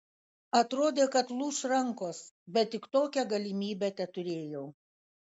atrodė kad lūš rankos bet tik tokią galimybę teturėjau